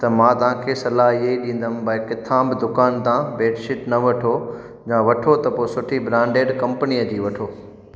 त मां तव्हांखे सलाहु इहा ई ॾींदुमि भई किथां बि दुकान खां बेडशीट न वठो या वठो त पो सुठी ब्रांडेड कंपनीअ जी वठो